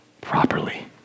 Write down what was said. properly